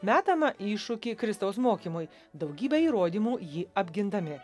metamą iššūkį kristaus mokymui daugybe įrodymų jį apgindami